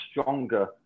stronger